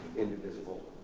indivisible,